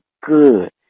good